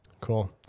cool